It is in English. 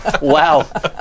Wow